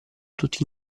tutti